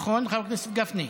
נכון חבר הכנסת גפני?